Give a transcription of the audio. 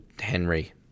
Henry